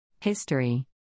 History